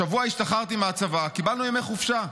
השבוע השתחררתי מהצבא, קיבלנו ימי חופשה.